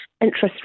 Interest